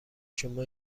شما